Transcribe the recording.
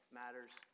matters